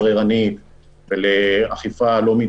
באותן הפגנות שהוא טוען לאכיפה בררנית ולאכיפה לא מידתית